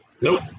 Nope